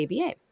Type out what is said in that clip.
ABA